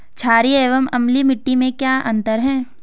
छारीय एवं अम्लीय मिट्टी में क्या अंतर है?